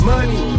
Money